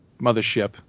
mothership